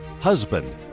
husband